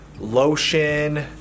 lotion